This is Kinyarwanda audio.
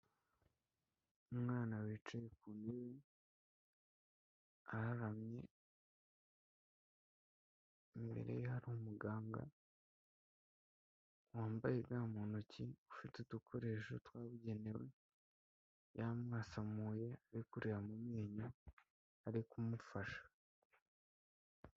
Umwana wicaye ku ntebe araramye imbere hari umuganga wambaye ga mu ntoki ufite udukoresho twabugenewe yamwasamuye ari kureba mu menyo ari kumufasha.